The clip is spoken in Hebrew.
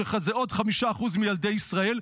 שזה עוד 5% מילדי ישראל,